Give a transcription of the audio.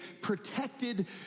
protected